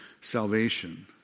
salvation